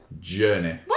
journey